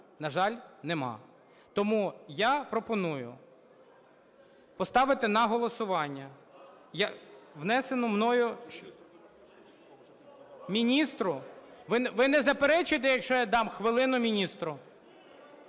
на жаль, нема. Тому я пропоную поставити на голосування внесену мною… Міністру? Ви не заперечуєте, якщо я дам хвилину міністру?